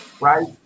right